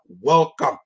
welcome